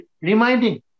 reminding